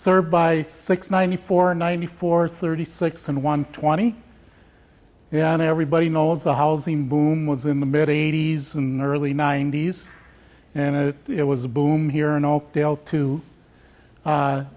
served by six ninety four ninety four thirty six and one twenty then everybody knows the housing boom was in the mid eighty's and early ninety's and it was a boom here in oakdale too